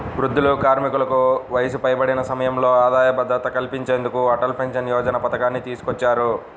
వృద్ధులు, కార్మికులకు వయసు పైబడిన సమయంలో ఆదాయ భద్రత కల్పించేందుకు అటల్ పెన్షన్ యోజన పథకాన్ని తీసుకొచ్చారు